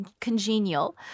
congenial